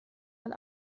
mal